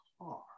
car